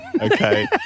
Okay